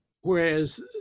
whereas